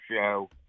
show